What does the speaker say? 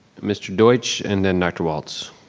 mr. deutsch and then dr. walts.